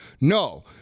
No